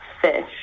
fish